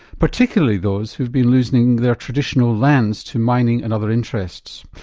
particularly those who've been losing their traditional lands to mining and other interests.